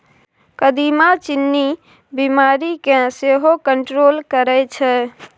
कदीमा चीन्नी बीमारी केँ सेहो कंट्रोल करय छै